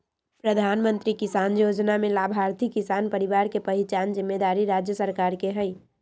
प्रधानमंत्री किसान जोजना में लाभार्थी किसान परिवार के पहिचान जिम्मेदारी राज्य सरकार के हइ